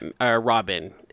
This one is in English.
Robin